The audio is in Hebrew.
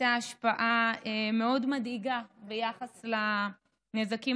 הייתה השפעה מאוד מדאיגה ביחס לנזקים